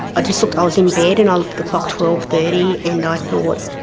ah just looked, i was in bed and i looked at the clock, twelve thirty, and i thought